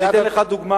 אני אתן לך דוגמה,